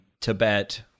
Tibet